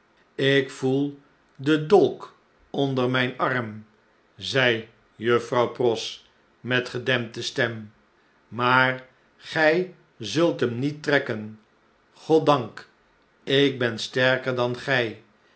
ik voel den dolk onder mijn arm zeijuffrouw pross met gedempte stem maar i gij zult hem niet trekken goddank ik ben sterker dan gij